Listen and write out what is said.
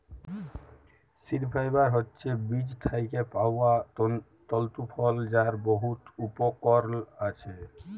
seed fibre হছে বীজ থ্যাইকে পাউয়া তল্তু ফল যার বহুত উপকরল আসে